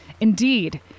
Indeed